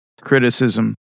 criticism